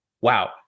wow